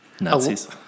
nazis